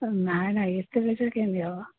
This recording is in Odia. ନାଇ ନାଇ ଏତେ ପଇସାରେ କେମିତି ହେବ